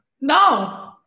No